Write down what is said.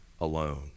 alone